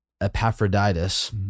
Epaphroditus